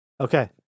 Okay